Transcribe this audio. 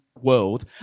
world